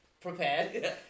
prepared